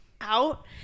out